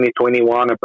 2021